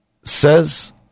says